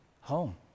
home